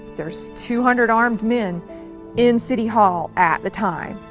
there's two hundred armed men in city hall at the time.